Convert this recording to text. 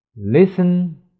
Listen